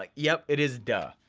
like, yup, it is duh,